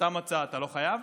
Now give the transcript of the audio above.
סתם הצעה, אתה לא חייב.